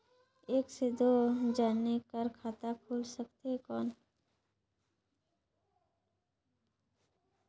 एक से दो जने कर खाता खुल सकथे कौन?